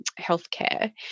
healthcare